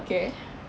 okay